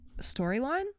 storyline